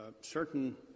certain